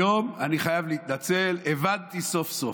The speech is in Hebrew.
היום אני חייב להתנצל, הבנתי סוף-סוף.